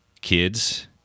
kids